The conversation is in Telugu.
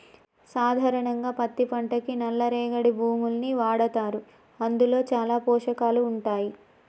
సాధారణంగా పత్తి పంటకి నల్ల రేగడి భూముల్ని వాడతారు అందులో చాలా పోషకాలు ఉంటాయి